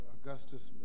Augustus